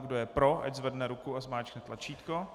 Kdo je pro, ať zvedne ruku a zmáčkne tlačítko.